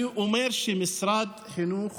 אני אומר שמשרד החינוך